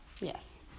Yes